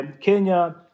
Kenya